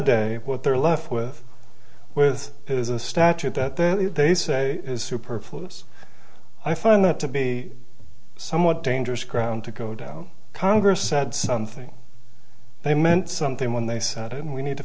day what they're left with with is a statute that there they say is superfluous i find that to be somewhat dangerous ground to go down congress said something they meant something when they said it and we need to